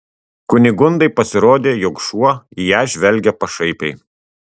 kunigundai pasirodė jog šuo į ją žvelgia pašaipiai